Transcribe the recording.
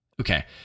Okay